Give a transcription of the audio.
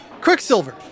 Quicksilver